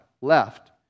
left